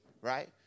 right